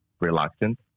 reluctant